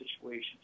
situations